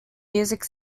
music